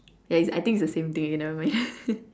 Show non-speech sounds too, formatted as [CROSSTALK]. ya I think it's the same thing nevermind [LAUGHS]